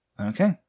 Okay